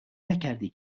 نکردی